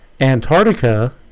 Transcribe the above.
antarctica